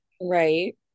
Right